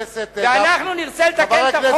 ואנחנו נרצה לתקן את החוק,